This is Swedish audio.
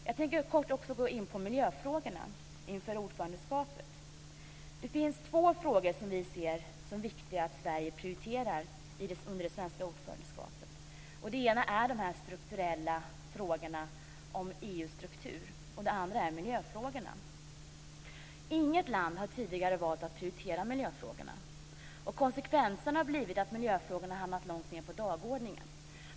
Jag tänker också kort gå in på miljöfrågorna inför ordförandeskapet. Det finns två områden som vi tycker att det är viktigt att Sverige prioriterar under sitt ordförandeskap. Det ena är frågorna om EU:s struktur, och det andra är miljöfrågorna. Inget annat land har valt att prioritera miljöfrågorna. Konsekvensen har blivit att de har hamnat långt ned på dagordningen.